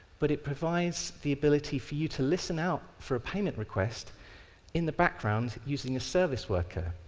but it provides the ability for you to listen out for a payment request in the background using a service worker.